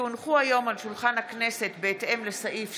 כי הונחו היום על שולחן הכנסת, בהתאם לסעיף 73(א)